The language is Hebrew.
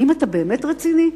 האם אתה באמת רציני?